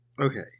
Okay